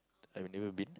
I have never been